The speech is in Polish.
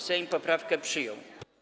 Sejm poprawkę przyjął.